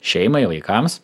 šeimai vaikams